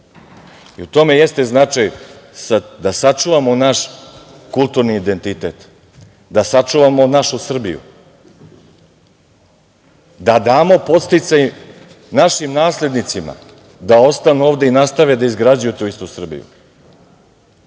U tome i jeste značaj, da sačuvamo naš kulturni identitet, da sačuvamo našu Srbiju, da damo podsticaj našim naslednicima da ostanu ovde i nastave da izgrađuju tu istu Srbiju.